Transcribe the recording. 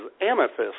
Amethyst